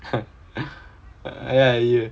ya